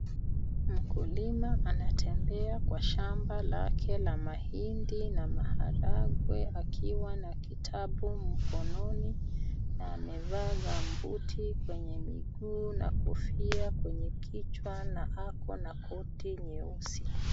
Mkulima anatembea kwa shamba lake la mahindi na maharagwe akiwa na kitabu mkononi na amevaa gambuti kwenye miguu na kofia kwenye kichwa na ako na koti nyeusi.